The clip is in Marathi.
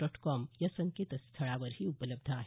डॉट कॉम या संकेतस्थळावरही उपलब्ध आहे